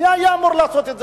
מי היה אמור לעשות את זה?